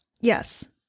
Yes